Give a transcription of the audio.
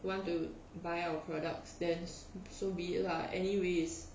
want to buy our products stance so be it lah anyways